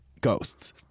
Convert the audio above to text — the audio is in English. Ghosts